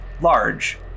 large